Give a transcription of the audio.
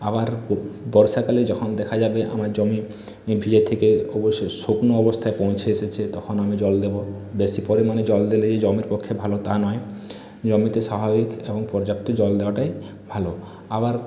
আবার বর্ষাকালে যখন দেখা যাবে আমার জমি ভিজে থেকে অবশ্যই শুকনো অবস্থায় পৌঁছে এসেছে তখন আমি জল দেব বেশি পরিমাণে জল দিলেই জমির পক্ষে ভালো তা নয় জমিতে স্বাভাবিক এবং পর্যাপ্ত জল দেওয়াটাই ভালো